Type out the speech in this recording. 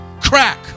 crack